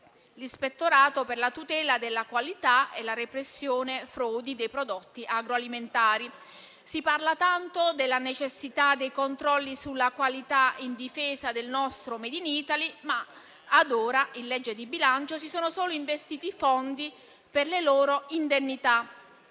all'Ispettorato centrale della tutela della qualità e della repressione frodi dei prodotti agroalimentari (Icqrf). Si parla tanto della necessità dei controlli sulla qualità in difesa del nostro *made in Italy*, ma, ad ora, in legge di bilancio si sono solo investiti fondi per le loro indennità.